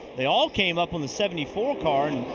they all came up on the seventy four car.